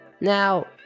Now